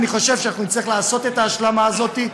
אני חושב שאנחנו נצטרך לעשות את ההשלמה הזאת,